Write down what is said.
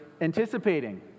anticipating